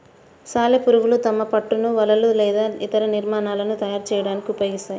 సాలెపురుగులు తమ పట్టును వలలు లేదా ఇతర నిర్మాణాలను తయారు చేయడానికి ఉపయోగిస్తాయి